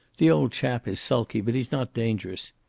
the old chap is sulky, but he's not dangerous.